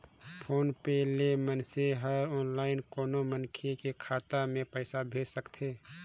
phone पे ले मइनसे हर आनलाईन कोनो मनखे के खाता मे पइसा भेज सकथे